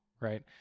right